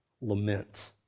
lament